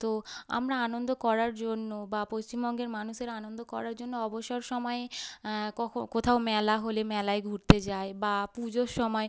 তো আমরা আনন্দ করার জন্য বা পশ্চিমবঙ্গের মানুষেরা আনন্দ করার জন্য অবসর সময়ে কখ কোথাও মেলা হলে মেলায় ঘুরতে যায় বা পুজোর সময়